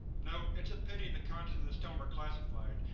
note it's a pity the contents of this tome are classified.